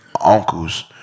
uncles